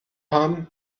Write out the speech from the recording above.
haben